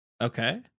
Okay